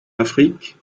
afrique